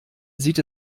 sieht